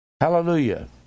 Hallelujah